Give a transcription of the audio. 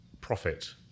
profit